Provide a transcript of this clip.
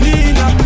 Nina